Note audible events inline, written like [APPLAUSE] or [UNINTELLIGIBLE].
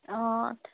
অঁ [UNINTELLIGIBLE]